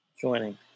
Joining